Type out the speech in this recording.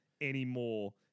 anymore